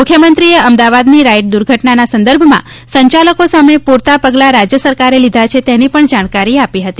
મુખ્યમંત્રીશ્રીએ અમદાવાદની રાઇડ દુર્ઘટના સંદર્ભમાં સંચાલકો સામે પૂરતાં પગલાં રાજ્ય સરકારે લીધા છે તેની પણ જાણકારી આપી હતી